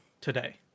today